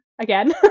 again